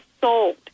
sold